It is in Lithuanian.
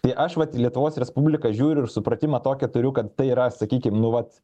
tai aš vat į lietuvos respubliką žiūriu ir supratimą tokią turiu kad tai yra sakykim nu vat